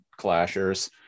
clashers